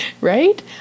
Right